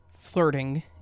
flirting